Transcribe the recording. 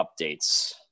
updates